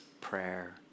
prayer